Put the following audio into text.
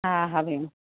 हा हा भेणु